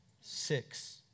six